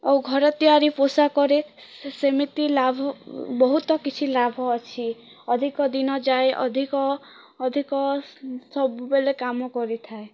ଆଉ ଘର ତିଆରି ପୋଷାକରେ ସେମିତି ଲାଭ ବହୁତ କିଛି ଲାଭ ଅଛି ଅଧିକ ଦିନ ଯାଏଁ ଅଧିକ ଅଧିକ ସ ସବୁବେଲେ କାମ କରିଥାଏ